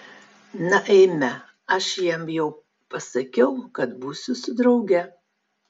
na eime aš jam jau pasakiau kad būsiu su drauge